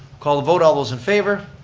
call the vote, all those in favor?